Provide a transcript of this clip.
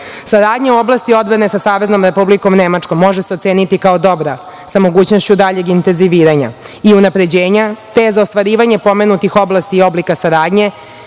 Saradnja u oblasti odbrane sa Saveznom Republikom Nemačkom može se oceniti kao dobra sa mogućnošću daljeg inteziviranja i unapređenja, te je za ostvarivanje pomenutih oblasti i oblika saradnje